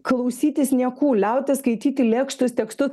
klausytis niekų liautis skaityti lėkštus tekstus